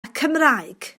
cymraeg